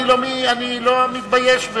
אני לא מתבייש,